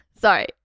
sorry